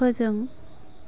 फोजों